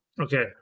Okay